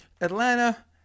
atlanta